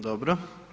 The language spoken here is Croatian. Dobro.